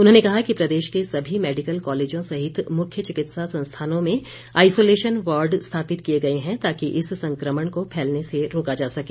उन्होंने कहा कि प्रदेश के सभी मैडिकल कॉलेजों सहित मुख्य चिकित्सा संस्थानों में आइसोलेशन वार्ड स्थापित किए गए हैं ताकि इस संक्रमण को फैलने से रोका जा सके